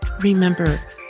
Remember